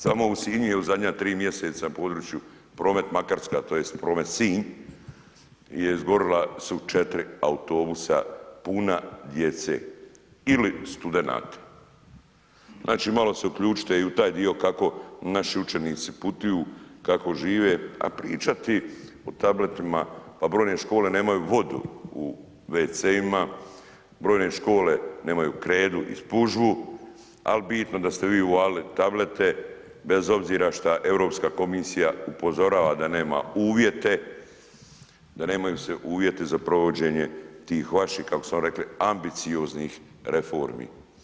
Samo u Sinju je u zadnja 3 mjeseca na području Promet Makarska tj. Promet Sinj je izgorila su 4 autobusa puna djece ili studenata, znači malo se uključite i u taj dio kako naši učenici putuju, kako žive, a pričati o tabletima, pa brojne škole nemaju vodu u wc-ima, brojne škole nemaju kredu i spužvu, al bitno da ste vi uvalili tablete bez obzira šta Europska komisija upozorava da nema uvjete, da nemaju se uvjeti za provođenje tih vaših, kako su oni rekli, ambicioznih reformi.